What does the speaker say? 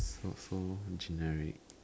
so so generic